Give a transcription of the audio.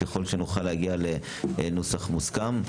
ככל שנוכל להגיע לנוסח מוסכם.